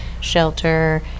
shelter